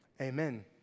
Amen